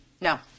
No